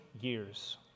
years